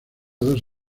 dos